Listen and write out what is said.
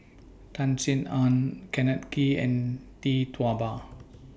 Tan Sin Aun Kenneth Kee and Tee Tua Ba